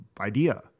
idea